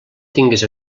tingues